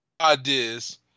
ideas